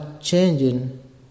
changing